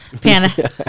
Panda